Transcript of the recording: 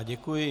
Děkuji.